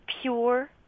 pure